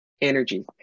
energy